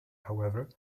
however